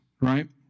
right